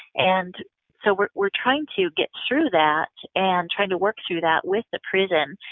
and so we're we're trying to get through that, and trying to work through that with the prison,